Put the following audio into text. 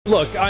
Look